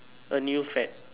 a new fad